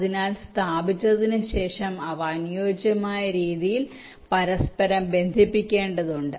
അതിനാൽ സ്ഥാപിച്ചതിനുശേഷം അവ അനുയോജ്യമായ രീതിയിൽ പരസ്പരം ബന്ധിപ്പിക്കേണ്ടതുണ്ട്